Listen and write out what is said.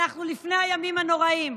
אנחנו לפני הימים הנוראים,